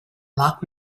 lock